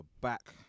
back